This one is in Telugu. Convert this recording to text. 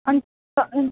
అంత